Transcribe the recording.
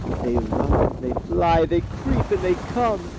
they run and they fly, they creep and they come,